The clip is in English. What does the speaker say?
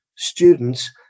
students